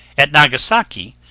at nagasaki,